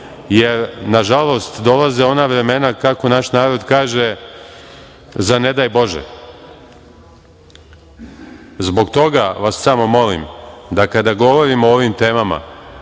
jer nažalost, dolaze ona vremena kako naš narod kaže – za ne daj bože. Zbog toga vas samo molim, da kada govorimo o ovim temama,